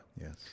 Yes